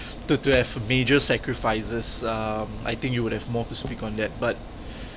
to to have major sacrifices um I think you would have more to speak on that but